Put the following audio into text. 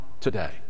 today